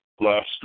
last